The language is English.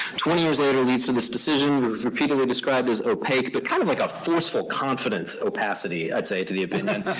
twenty years later leads to this decision that was repeatedly described as opaque. but kind of like a force for confidence opacity, i'd say, to the opinion.